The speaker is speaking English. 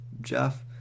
Jeff